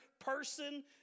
person